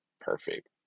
perfect